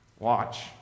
Watch